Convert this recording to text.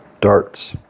darts